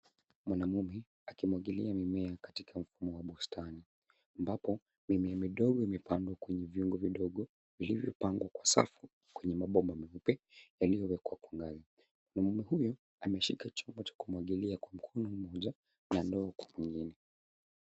Mwanaume, akimwangalia mimea katika mfumo wa bustani ambapo mimea midogo imepandwa kwenye vyungu vidogo vilivyopangwa kwa safu kwenye mabomba meupe yaliyowekwa kwa ngazi. Mwanaume huyo ameshika chombo cha kumwagilia kwa mkono mmoja na ndoo kwa mwingine.